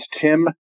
Tim